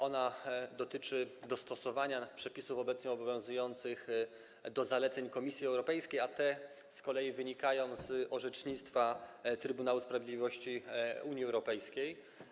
Ona dotyczy dostosowania przepisów obecnie obowiązujących do zaleceń Komisji Europejskiej, a te z kolei wynikają z orzecznictwa Trybunału Sprawiedliwości Unii Europejskiej.